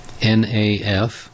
NAF